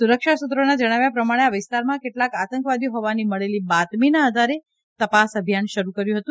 સુરક્ષા સુત્રોના જણાવ્યા પ્રમાણે આ વિસ્તારમાં કેટલાક આતંકવાદીઓ હોવાની મળેલી બાતમીના આઘારે તપાસ અભિયાન શરૂ કર્યુ હતું